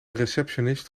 receptionist